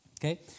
Okay